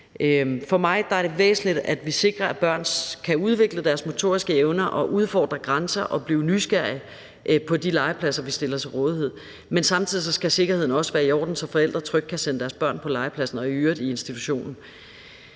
For mig er det væsentligt, at vi sikrer, at børn kan udvikle deres motoriske evner og udfordre grænser og blive nysgerrige på de legepladser, vi stiller til rådighed, men samtidig skal sikkerheden også være i orden, så forældre trygt kan sende deres børn på legepladsen og i øvrigt i institutionen.